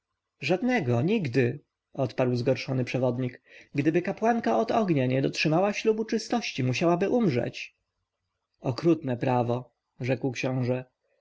żadnego nigdy odparł zgorszony przewodnik gdyby kapłanka od ognia nie dotrzymała ślubu czystości musiałaby umrzeć okrutne prawo rzekł książę